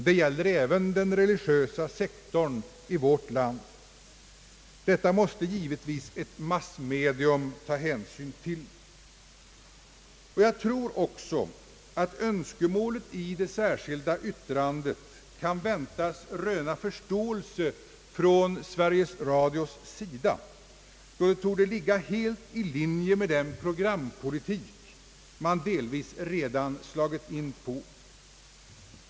Det gäller även den religiösa sektorn i vårt land, och detta måste givetvis ett massmedium ta hänsyn till. Jag tror också att önskemålet i det särskilda yttrandet kan väntas röna förståelse från Sveriges Radios sida, då det torde ligga helt i linje med den programpolitik som man delvis redan slagit in på.